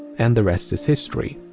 and the rest is history.